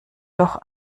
doch